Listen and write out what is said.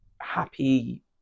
happy